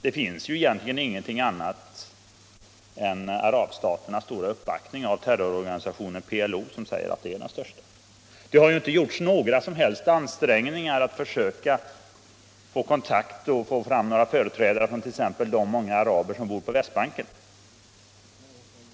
Det är ju egentligen ingenting annat än arabstaternas stora uppbackning av terrororganisationen PLO som säger att det är den största och mest representativa organisationen. Det har heller inte alls gjorts några ansträngningar för att söka kontakt med och få fram några företrädare för t.ex. de många araber som bor på Västbanken.